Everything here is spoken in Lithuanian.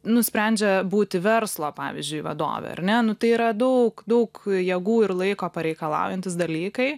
nusprendžia būti verslo pavyzdžiui vadove ar ne nu tai yra daug daug jėgų ir laiko pareikalaujantis dalykai